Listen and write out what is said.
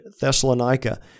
Thessalonica